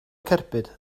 cerbyd